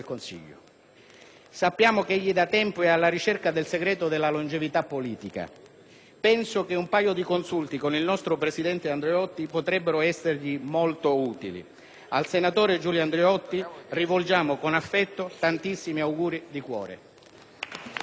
sappiamo - da tempo è alla ricerca del segreto della longevità politica: penso che un paio di consulti con il nostro presidente Andreotti potrebbero essergli molto utili. Al senatore Giulio Andreotti rivolgiamo, con affetto, tantissimi auguri di cuore.